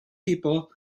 people